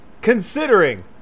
considering